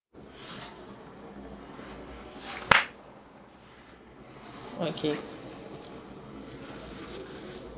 okay